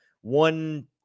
one